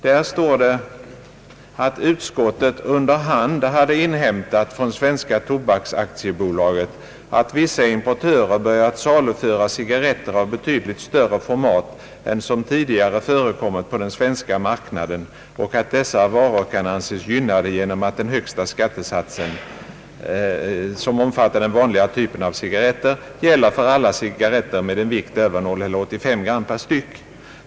Där står det, att utskottet under hand hade inhämtat från Svenska Tobaksaktiebolaget att vissa importörer börjat saluföra cigarretter av betydligt större format än som tidigare förekommit på den svenska marknaden och att dessa varor kan anses gynnade genom att den högsta skattesatsen, som omfattar den vanliga typen av cigarretter, gäller för alla cigarretter med en vikt över 0,85 gram per styck.